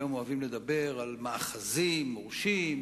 היום אוהבים לדבר על מאחזים מורשים,